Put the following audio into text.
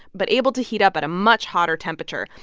but able to heat up at a much hotter temperature.